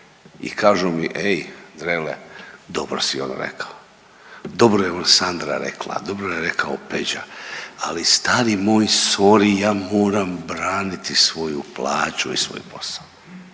i kažu mi ej Drele dobro si ono rekao, dobro je ono Sandra rekla, dobro je rekao Peđa, ali stari moj sory ja moram braniti svoju plaću i svoj posao.